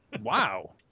Wow